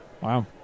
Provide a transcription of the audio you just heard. Wow